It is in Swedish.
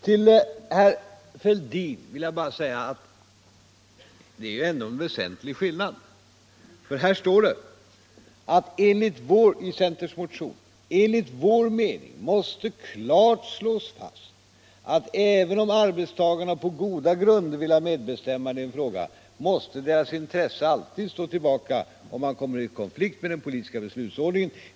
Till herr Fälldin vill jag bara säga att det är ju ändå en väsentlig skillnad mellan våra ståndpunkter, för i centerns motion nr 2430 står det: ”Enligt vår mening måste klart slås fast att även om arbetstagarna på goda grunder vill ha medbestämmande i en fråga, måste deras intresse alltid stå tillbaka, om man kommer i konflikt med den politiska beslutsordningen.